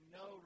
no